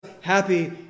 happy